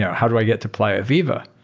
yeah how do i get to playa viva?